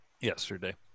Yesterday